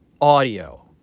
Audio